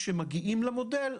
כשמגיעים למודל,